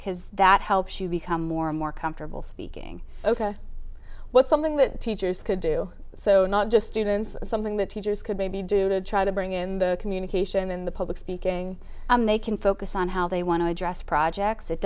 that that helps you become more and more comfortable speaking what's something that teachers could do so not just students something the teachers could maybe do to try to bring in the communication in the public speaking they can focus on how they want to address projects it